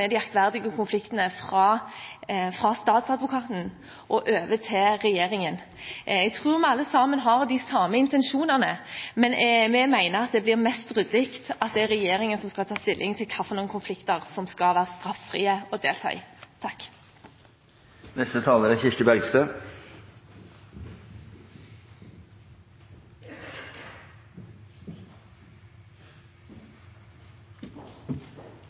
fra statsadvokaten over til regjeringen. Jeg tror vi alle har de samme intensjonene, men vi mener det blir mest ryddig at det er regjeringen som skal ta stilling til hvilke konflikter som skal være straffrie å delta i.